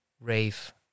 rave